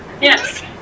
Yes